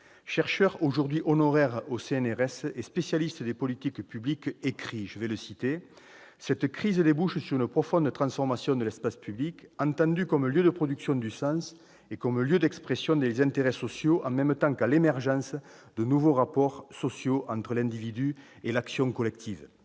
chercheur honoraire au CNRS et spécialiste des politiques publiques, « cette crise [...] débouche sur une profonde transformation de l'espace public, entendu à la fois comme lieu de production du sens et comme lieu d'expression des intérêts sociaux en même temps qu'à l'émergence de nouveaux rapports sociaux entre l'individu et l'action collective ».